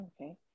okay